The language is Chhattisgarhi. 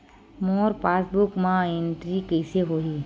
मोर पासबुक मा एंट्री कइसे होही?